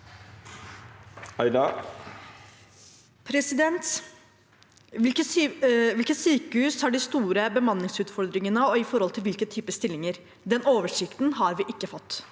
«[H]vilket sykehus har de store bemanningsutfordringene og i forhold til hvilke typer stillinger? Den oversikten har vi ikke fått».